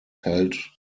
held